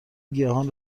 گیاهان